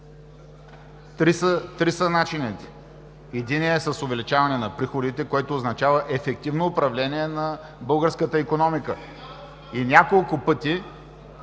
Три са начините. Първият е с увеличаване на приходите, което означава ефективно управление на българската икономика. Няколко пъти